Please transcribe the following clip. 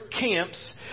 camps